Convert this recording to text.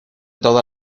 todas